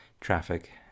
traffic